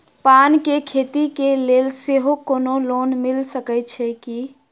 पान केँ खेती केँ लेल सेहो कोनो लोन मिल सकै छी की?